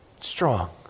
strong